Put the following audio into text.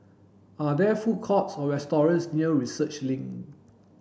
are there food courts or restaurants near Research Link